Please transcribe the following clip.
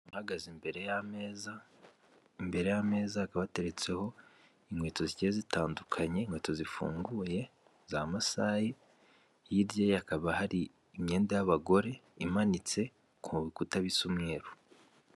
Ahagaze imbere y'ameza, imbere y'ameza akaba ateretseho inkweto zigiye zitandukanyekanya, inkweto zifunguye za masayi, hirya ye hakaba hari imyenda y'abagore imanitse ku bikukuta bisa umweruru.